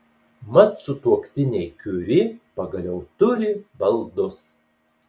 mat sutuoktiniai kiuri pagaliau turi baldus